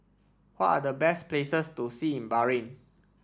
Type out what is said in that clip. what are the best places to see in Bahrain